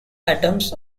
atoms